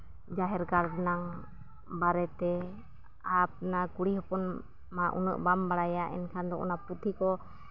ᱡᱟᱦᱮᱨ ᱜᱟᱲ ᱨᱮᱱᱟᱜ ᱵᱟᱨᱮᱛᱮ ᱟᱯᱱᱟ ᱠᱩᱲᱤ ᱦᱚᱯᱚᱱ ᱢᱟ ᱩᱱᱟᱹᱜ ᱵᱟᱢ ᱵᱟᱲᱟᱭᱟ ᱮᱱᱠᱷᱟᱱ ᱫᱚ ᱚᱱᱟ ᱯᱩᱛᱷᱤ ᱠᱚ